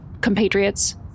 compatriots